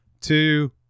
two